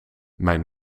mijn